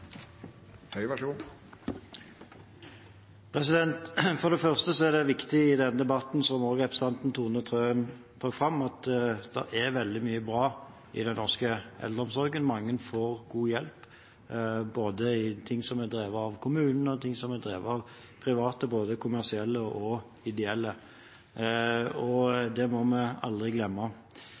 Tone Trøen trakk fram, at det er veldig mye bra i den norske eldreomsorgen. Mange får god hjelp både i det som er drevet av kommunen, og det som er drevet av private – både kommersielle og ideelle. Det må vi aldri glemme.